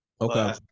Okay